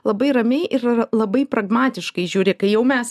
labai ramiai ir labai pragmatiškai žiūri kai jau mes